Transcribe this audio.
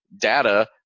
data